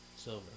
silver